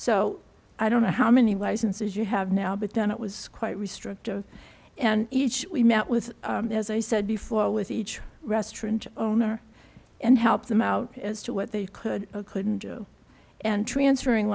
so i don't know how many ways and says you have now but then it was quite restrictive and each we met with as i said before with each restaurant owner and help them out as to what they could or couldn't do and transferring